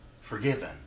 forgiven